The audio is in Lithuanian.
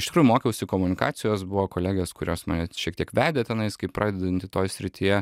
iš tikrųjų mokiausi komunikacijos buvo kolegės kurios mane šiek tiek vedė tenais kaip pradedantį toj srityje